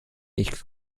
ich